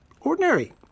ordinary